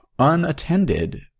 unattended